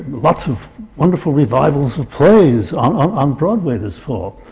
lots of wonderful revivals of plays on um broadway this fall!